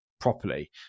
properly